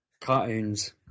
Cartoons